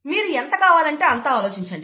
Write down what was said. మీరు ఎంత కావాలంటే అంతా ఆలోచించండి